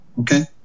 okay